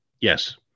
Yes